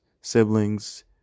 siblings